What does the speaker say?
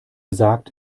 sagt